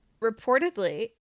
reportedly